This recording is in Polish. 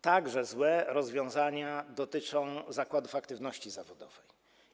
Także złe rozwiązania dotyczą zakładów aktywności zawodowej.